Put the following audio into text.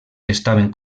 estaven